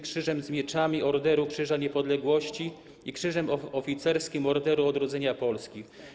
Krzyżem z Mieczami Orderu Krzyża Niepodległości i Krzyżem Oficerskim Orderu Odrodzenia Polski.